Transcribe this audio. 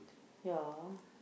ya